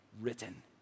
written